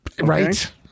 Right